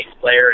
player